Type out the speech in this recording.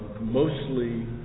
mostly